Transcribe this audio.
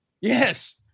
Yes